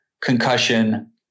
concussion